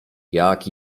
jak